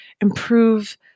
improve